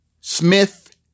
Smith